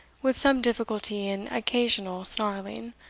with some difficulty and occasional snarling,